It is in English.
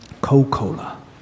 Coca-Cola